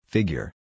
Figure